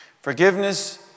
Forgiveness